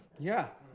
yeah.